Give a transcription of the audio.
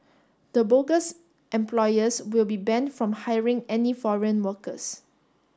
the bogus employers will be banned from hiring any foreign workers